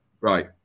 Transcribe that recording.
Right